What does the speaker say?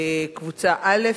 קבוצה א',